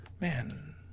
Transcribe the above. Man